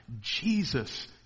Jesus